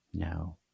No